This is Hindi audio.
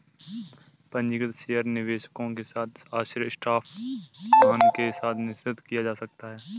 पंजीकृत शेयर निवेशकों के साथ आश्चर्य स्टॉक वाहन के साथ निषिद्ध किया जा सकता है